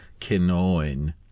Kinoin